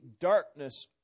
darkness